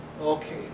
Okay